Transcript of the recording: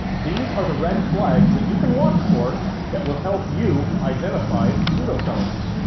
these are the red flags that you can watch for that will help you identify pseudoscience.